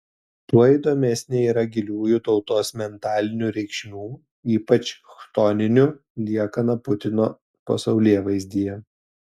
tuo įdomesnė yra giliųjų tautos mentalinių reikšmių ypač chtoninių liekana putino pasaulėvaizdyje